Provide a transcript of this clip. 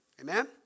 Amen